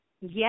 Yes